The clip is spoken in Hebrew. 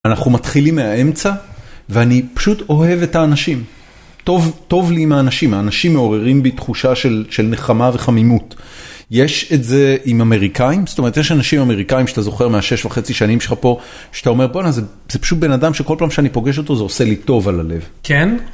אנחנו מתחילים מהאמצע, ואני פשוט אוהב את האנשים. טוב לי עם האנשים, האנשים מעוררים בי תחושה של נחמה וחמימות. יש את זה עם אמריקאים, זאת אומרת, יש אנשים אמריקאים שאתה זוכר מהשש וחצי שנים שלך פה, שאתה אומר, בואנה, זה פשוט בן אדם שכל פעם שאני פוגש אותו זה עושה לי טוב על הלב. כן.